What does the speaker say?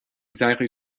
exactly